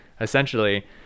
essentially